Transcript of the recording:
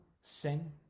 sing